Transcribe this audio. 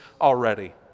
already